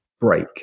break